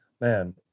man